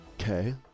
Okay